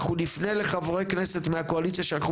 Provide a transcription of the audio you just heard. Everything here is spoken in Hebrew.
אנחנו נפנה לחברי כנסת מהקואליציה שאנחנו